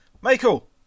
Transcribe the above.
Michael